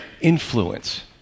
influence